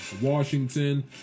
Washington